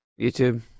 YouTube